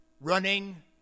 running